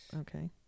Okay